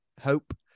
hope